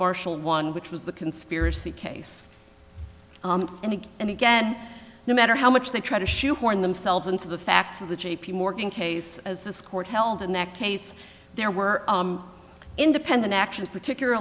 marshall one which was the conspiracy case and again and again no matter how much they try to shoehorn themselves into the facts of the j p morgan case as this court held in that case there were independent actions particular